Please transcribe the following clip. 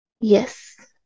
yes